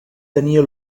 tenia